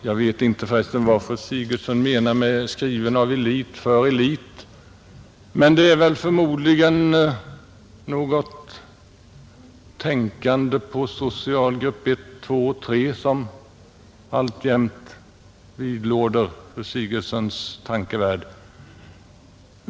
Jag vet förresten inte vad fru Sigurdsen menade med ”skriven av elit för elit”, men det är förmodligen något förlegat tänkande på socialgrupp 1, 2 och 3, som alltjämt vidlåder fru Sigurdsens tankegångar.